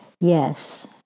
yes